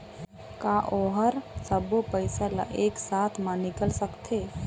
का ओ हर सब्बो पैसा ला एक साथ म निकल सकथे?